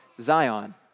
Zion